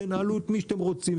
תנהלו את זה כמו שאתם רוצים,